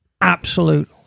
absolute